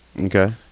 Okay